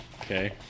Okay